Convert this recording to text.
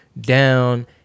down